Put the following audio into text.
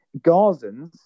Gazans